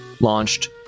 launched